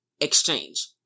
exchange